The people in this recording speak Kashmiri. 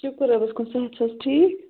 شُکُر رۄبَس کُن صحت چِھ حظ ٹھیٖک